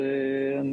שלום לכולם.